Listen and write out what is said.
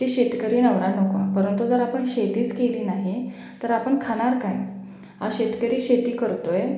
की शेतकरी नवरा नको परंतु जर आपण शेतीच केली नाही तर आपण खाणार काय हा शेतकरी शेती करतो आहे